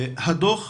הדוח,